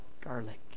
garlic